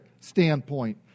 standpoint